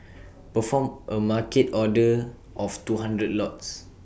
perform A market order of two hundred lots